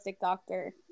doctor